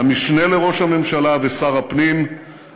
המשנה לראש הממשלה ושר הפנים,